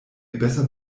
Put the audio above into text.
besser